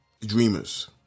Dreamers